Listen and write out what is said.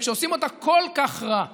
וכשעושים אותה כל כך רע במחיר,